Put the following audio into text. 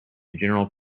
general